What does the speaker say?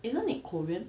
isn't it korean